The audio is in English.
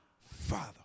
Father